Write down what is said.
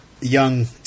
Young